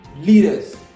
leaders